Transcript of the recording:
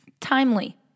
Timely